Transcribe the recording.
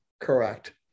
Correct